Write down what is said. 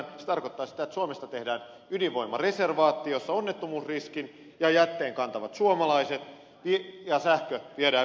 se tarkoittaa sitä että suomesta tehdään ydinvoimareservaatti jossa onnettomuusriskin ja jätteen kantavat suomalaiset ja sähkö viedään vientiin